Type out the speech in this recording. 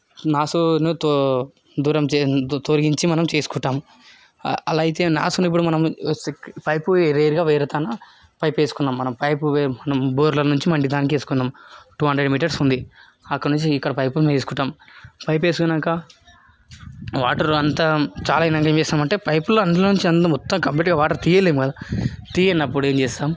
నాసును తో దూరం చేసే తొలగించి మనం తీసుకుంటాం అలా అయితే నాసును ఇప్పుడు మనం పైపుని వేరుగా వేరే తన పైపు వేసుకున్నాం మనం పైపు వే బోర్లో నుంచి మన ఇంటికి దానికి వేసుకున్నాం టు హండ్రెడ్ మీటర్స్ ఉంది అక్కడ నుంచి ఇక్కడికి పైపును వేసుకుంటాం పైపు వేసుకున్నాక వాటర్ అంతా చాలు అయినాక ఏం చేస్తామంటే పైపులో అందులో నుంచి మొత్తం కంప్లీట్గా వాటర్ తీయలేము కదా తీయనప్పుడు ఏం చేస్తాం